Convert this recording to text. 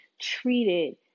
treated